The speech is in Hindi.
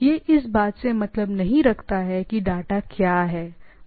यह इस चीज से मतलब नहीं है कि डाटा क्या जा रहा है ठीक है